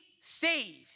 saved